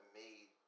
made